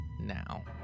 Now